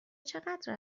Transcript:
چقدر